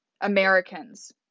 Americans